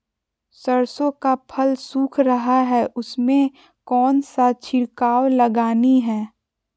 सरसो का फल सुख रहा है उसमें कौन सा छिड़काव लगानी है?